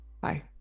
Bye